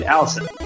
Allison